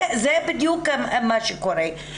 זה בדיוק מה שקורה.